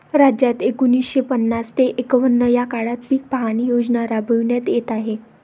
राज्यात एकोणीसशे पन्नास ते एकवन्न या काळात पीक पाहणी योजना राबविण्यात येत आहे